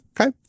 Okay